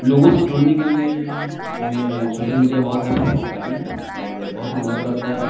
लोगों से जुड़ने के लिए में सोसल मीडिया बहुत ही प्रभावकारी है और बहुत ही मदद करता है